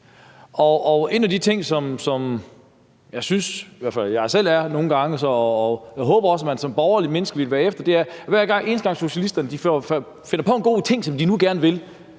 en af de ting, som jeg selv, synes jeg da, nogle gange er efter, og jeg også håber, at man som borgerligt menneske vil være efter, er, at hver eneste gang socialisterne finder på en god ting, som de nu gerne vil,